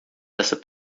dessa